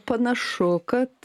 panašu kad